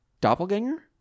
doppelganger